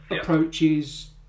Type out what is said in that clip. approaches